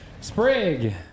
Sprig